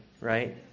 right